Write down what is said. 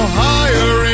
higher